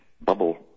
bubble